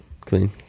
clean